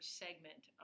segment